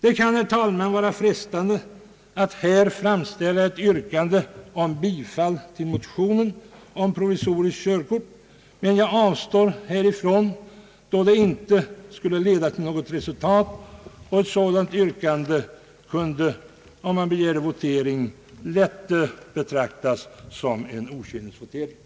Det kan, herr talman, vara frestande att här framställa ett yrkande om bifall till motionen om provisoriskt körkort, men jag avstår härifrån då det inte skulle leda till något direkt resultat, och om votering begärdes kunde den lätt bli betraktad som en okynnesvotering, när utskottets utlåtande tyvärr är enhälligt.